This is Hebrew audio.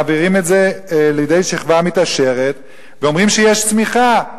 מעבירים את זה לידי שכבה מתעשרת ואומרים שיש צמיחה.